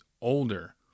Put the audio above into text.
older